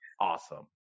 awesome